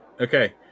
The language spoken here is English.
Okay